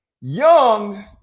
Young